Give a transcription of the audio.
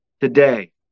Today